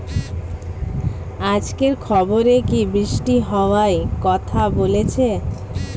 আজকের খবরে কি বৃষ্টি হওয়ায় কথা বলেছে?